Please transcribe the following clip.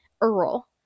earl